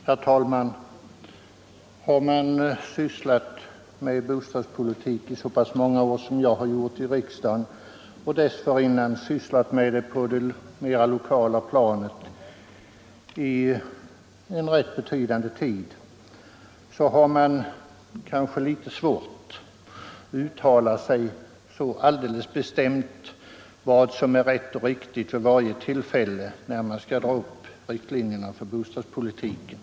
Herr talman! Den som sysslat med bostadspolitiken så länge som jag har gjort i riksdagen och dessförinnan på det lokala planet, har litet svårt att uttala sig så där alldeles bestämt om vad som är rätt och riktigt vid varje tillfälle då man skall dra upp riktlinjerna för bostadspolitiken.